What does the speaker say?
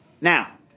Now